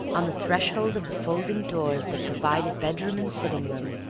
on the threshold of the folding doors that divided bedroom and sitting-room,